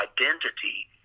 identity